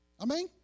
Amen